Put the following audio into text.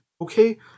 Okay